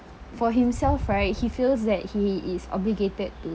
for himself right he feels that he is obligated to